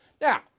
Now